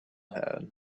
had